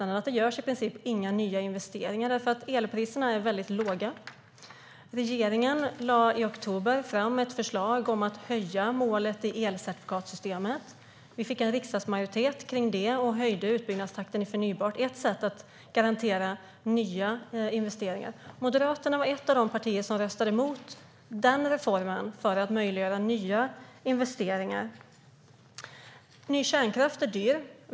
Det görs i princip inga nya investeringar på marknaden i dag eftersom elpriserna är så låga. Regeringen lade i oktober fram ett förslag om att höja målet i elcertifikatssystemet. Vi fick riksdagsmajoritet för det och höjde utbyggnadstakten för förnybart, vilket är ett sätt att garantera nya investeringar. Moderaterna var ett av de partier som röstade emot denna reform för att möjliggöra nya investeringar. Ny kärnkraft är dyr.